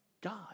God